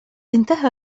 انتهى